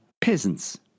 peasants